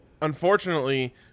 unfortunately